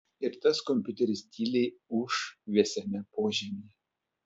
ir tas kompiuteris tyliai ūš vėsiame požemyje